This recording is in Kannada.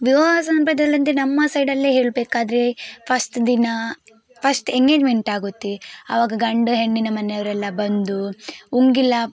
ವಿವಾಹ ಸಂಬಧದಲ್ಲಿ ಅಂದರೆ ನಮ್ಮ ಸೈಡಲ್ಲೆ ಹೇಳಬೇಕಾದ್ರೆ ಫಸ್ಟ್ ದಿನ ಫಸ್ಟ್ ಎಂಗೇಜ್ಮೆಂಟಾಗುತ್ತೆ ಆವಾಗ ಗಂಡು ಹೆಣ್ಣಿನ ಮನೆಯವರೆಲ್ಲ ಬಂದು ಉಂಗಿಲ